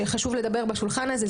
שחשוב לדבר עליהם בשולחן הזה,